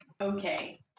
Okay